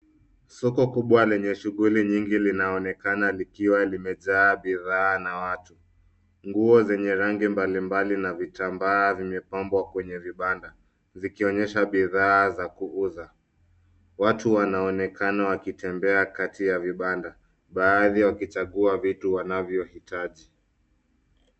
Soko kubwa lenye shughuli nyingi linaonekana likiwa limejaa bidhaa na watu. Nguo zenye rangi mbali mbali na vitambaa vimepambwa kwenye vibanda zikionyesha bidhaa za kuuza. Watu wanaonekana wakitembea kati ya vibanda baadhi wakichagua vitu wanavyo hitaji.